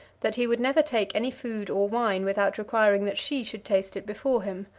that he would never take any food or wine without requiring that she should taste it before him.